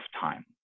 time